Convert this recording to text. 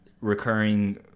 recurring